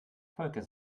volker